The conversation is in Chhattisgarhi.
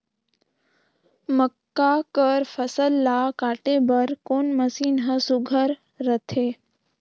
मक्का कर फसल ला काटे बर कोन मशीन ह सुघ्घर रथे?